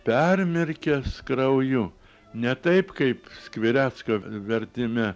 permirkęs krauju ne taip kaip skvirecko vertime